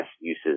uses